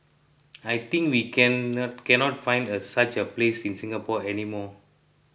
I think we can can not find uh such a place in Singapore any more